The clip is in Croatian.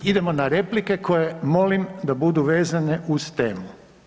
Idemo na replike koje molim da budu vezane uz temu.